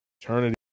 eternity